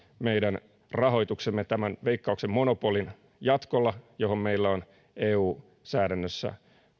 meidän rahoituksemme tämän veikkauksen monopolin jatkolla johon meillä on eu säädännössä